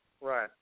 Right